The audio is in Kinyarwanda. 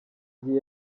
gihe